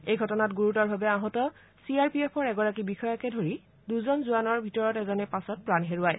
এই ঘটনাত গুৰুতৰভাৱে আহত চিৰ আৰ পি এফৰ এগৰাকী বিষয়াকে ধৰি দুজন জোৱানৰ ভিতৰত এজনে পাছত প্ৰাণ হেৰুৱায়